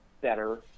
better